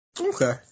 Okay